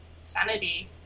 sanity